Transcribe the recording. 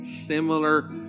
similar